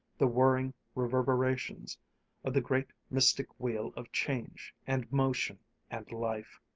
the whirring reverberations of the great mystic wheel of change and motion and life.